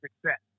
success